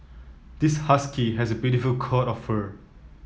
this husky has a beautiful coat of fur